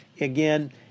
again